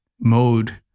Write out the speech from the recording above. mode